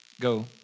Go